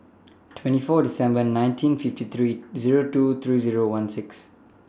twenty four December nineteen fifty three Zero two three Zero one six